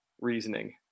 reasoning